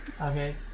Okay